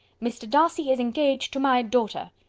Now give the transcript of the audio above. mr. darcy is engaged to my daughter.